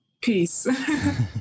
peace